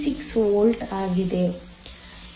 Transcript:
36 volt ಆಗಿದೆ